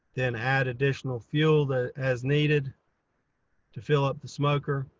then add additional fuel that as needed to fill up the smoker.